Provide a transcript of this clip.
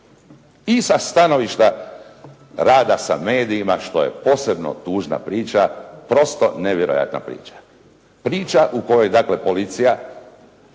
I sa stanovišta rada sa medijima što je posebno tužna priča prosto nevjerojatna priča. Priča u kojoj dakle policija